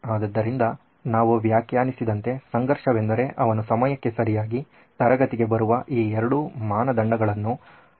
ಆದ್ದರಿಂದ ನಾವು ವ್ಯಾಖ್ಯಾನಿಸಿದಂತೆ ಸಂಘರ್ಷವೆಂದರೆ ಅವನು ಸಮಯಕ್ಕೆ ಸರಿಯಾಗಿ ತರಗತಿಗೆ ಬರುವ ಈ ಎರಡೂ ಮಾನದಂಡಗಳನ್ನು ಪೂರೈಸಬೇಕು